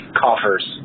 coffers